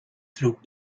through